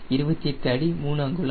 28 அடி 3 அங்குலம்